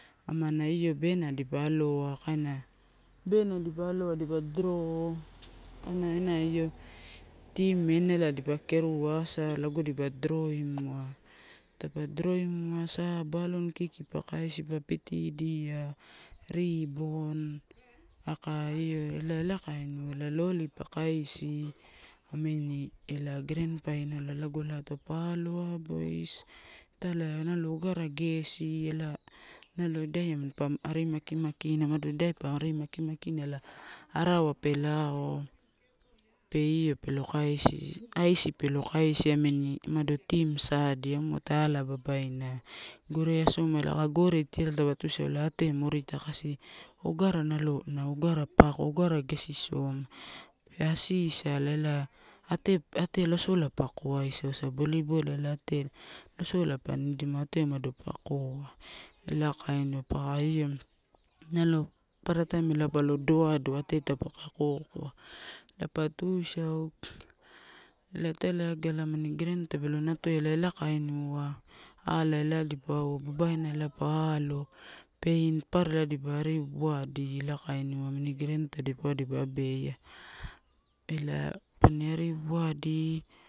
Amana io bena dipa aloa, kaina ben a dipa aloa dipa draw, kaina ena io team enala dipa kenua asai lago dipa drawimua. Tadipa drawimua sa balloon kiki pa kaisia pa pitidia, ribbon aka io ela, ela kainiuwa. Ela lolly pa kaisia amini ela grand final ai, lago ela taupa aloa boys, italai nalo io ogara gesi ela nalo idai nalo mampa ari makimakina. Umada idai pa ari marki, markina ela arawa pe lao, pe io, io pelo kaisi, iceci pelo kaisia amini umada team sala muatae ala babaina. Gore asoma ela aka gore tialai taupa tuisau ela ate morita kasi ogara nalo, na ogara pako ogara gesisoma. Pe asisala ela ate ate losola pa koaisauasa volleyball la ate losola pa needimua ate umada pa koa ela kainiuwa paka io. Nalo papara taim ela palo elowadowa ate taupaka kokoa, ela pa tuisau eela italai aga amani grand tapelo natoia ela, ela kainiuwa la ela dipauwa babaina ela pa alo paint papara ela pa ariwawadi ela kainiuwa amini rand tadipauwa elipa abeie ela pani ariwawadi.